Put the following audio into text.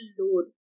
load